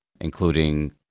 including